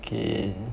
okay